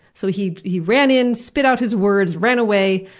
so he he ran in, spit out his words, ran away,